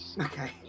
Okay